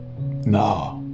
No